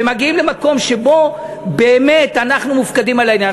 ומגיעים למקום שבו באמת אנחנו מופקדים על העניין.